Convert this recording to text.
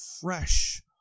fresh